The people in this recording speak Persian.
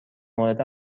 مورد